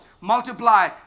multiply